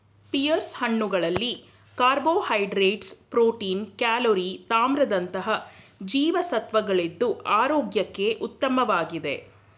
pears ಹಣ್ಣುಗಳಲ್ಲಿ carbohydrates, protein, calorie ತಾಮ್ರದಂತಹ ಜೀವಸತ್ವಗಳಿದ್ದು ಆರೋಗ್ಯಕ್ಕೆ ಉತ್ತಮವಾಗಿದೆ